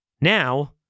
Now